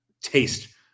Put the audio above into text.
taste